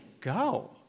go